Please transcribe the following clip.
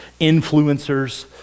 influencers